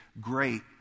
great